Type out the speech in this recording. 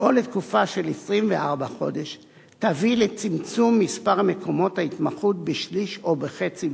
או לתקופה של 24 חודש תביא לצמצום מספר מקומות ההתמחות בשליש או בחצי,